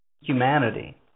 humanity